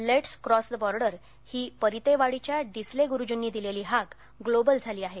let's cross the border ही परितेवाडीच्या डिसले गूरूजींनी दिलेली हाक ग्लोबल झाली आहे